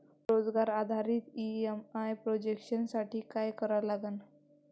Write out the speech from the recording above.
रोजगार आधारित EMI projection साठी का करा लागन?